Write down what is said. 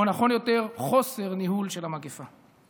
או יותר נכון חוסר ניהול, של המגפה.